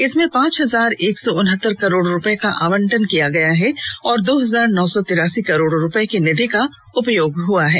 इसमें पांच हजार एक सौ उनहत्तर करोड़ रूपये का आवंटन किया गया है और दो हजार नौ सौ तिरासी करोड़ रूपये की निधि का उपयोग हुआ है